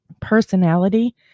personality